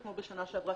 כמו בשנה שעברה.